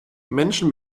menschen